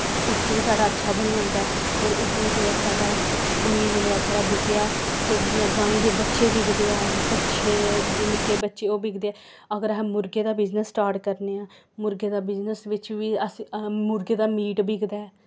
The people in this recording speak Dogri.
ते उत्थूं बी साढ़ा अच्छा बनी जंदा ऐ होर उद्धरों जेह्ड़ा साढ़ा जेह्ड़ा पनीर जिसलै साढ़ा बिकेआ फिर जियां गायें दे बच्चे बिकदे ऐ बच्छे जियां निक्क बच्छे ऐ ओह् बिकदे ऐ अगर अस मुर्गें दा बिज़नस स्टार्ट करने आं मुर्गें दा बिज़नस बिच्च मुर्गें दा मीट बिकदा ऐ